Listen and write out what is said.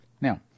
Now